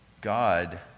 God